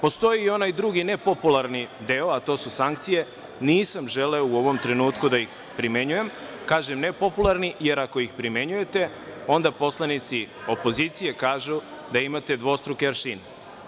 Postoji i onaj drugi nepopularni deo, a to su sankcije, nisam želeo u ovom trenutku da ih primenjujem, kažem nepopularni, jer ako ih primenjujete, onda poslanici opozicije kažu da imate dvostruke aršine.